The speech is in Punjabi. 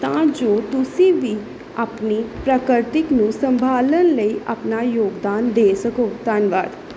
ਤਾਂ ਜੋ ਤੁਸੀਂ ਵੀ ਆਪਣੀ ਪ੍ਰਾਕਰਤਿਕ ਨੂੰ ਸੰਭਾਲਣ ਲਈ ਆਪਣਾ ਯੋਗਦਾਨ ਦੇ ਸਕੋ ਧੰਨਵਾਦ